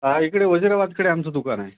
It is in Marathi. हा इकडे वजिराबादकडे आमचं दुकान आहे